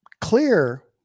clear